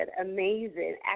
amazing